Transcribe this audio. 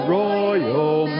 royal